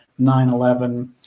9-11